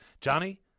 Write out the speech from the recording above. Johnny